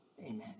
amen